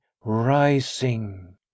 rising